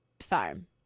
farm